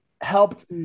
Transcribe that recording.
helped